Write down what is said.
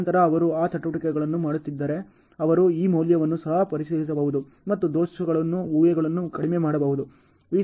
ತದನಂತರ ಅವರು ಆ ಚಟುವಟಿಕೆಗಳನ್ನು ಮಾಡುತ್ತಿದ್ದರೆ ಅವರು ಈ ಮೌಲ್ಯವನ್ನು ಸಹ ಪರಿಶೀಲಿಸಬಹುದು ಮತ್ತು ದೋಷಗಳು ಊಹೆಗಳನ್ನು ಕಡಿಮೆ ಮಾಡಬಹುದು